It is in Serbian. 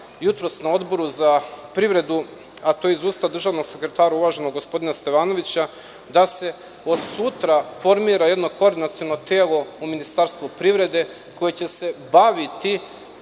jutros na Odboru za privredu, a to je iz usta državnog sekretara uvaženog gospodina Stevanovića, da se od sutra formira jedno koordinaciono telo u Ministarstvu privrede koje će se baviti